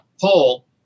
poll